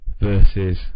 Versus